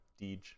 Deej